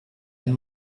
and